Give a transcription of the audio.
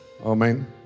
Amen